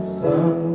sun